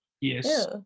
yes